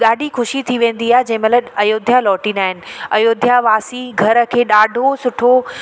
ॾाढी ख़ुशी थी वेंदी आहे जंहिंमहिल अयोध्या लोटींदा आहिनि अयोध्या वासी घर खे ॾाढो सुठो